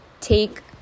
take